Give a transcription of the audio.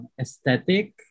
aesthetic